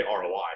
ROI